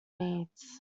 needs